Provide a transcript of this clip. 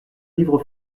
livre